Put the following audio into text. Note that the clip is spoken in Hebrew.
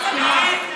תסכימי.